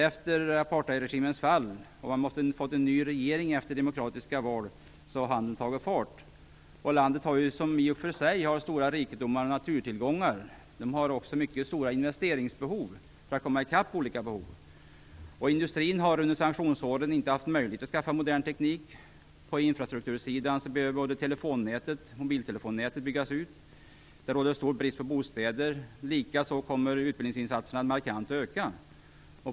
Efter apartheidregimens fall och att man fått en ny regering efter demokratiska val, har handeln tagit fart. Landet, som ju i och för sig har stora rikedomar i naturtillgångar, har mycket stora investeringsbehov för att komma i kapp olika behov. Industrin har under sanktionsåren inte haft möjlighet att skaffa modern teknik. På infrastruktursidan behöver både telefonnätet och mobiltelefonnätet byggas ut. Det råder stor brist på bostäder. Likaså kommer utbildningsinsatserna att markant öka.